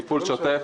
תפעול שוטף,